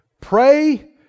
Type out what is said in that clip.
pray